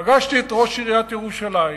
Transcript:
פגשתי את ראש עיריית ירושלים